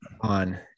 on